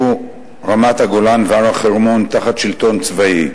רמת-הגולן והר-החרמון תחת שלטון צבאי.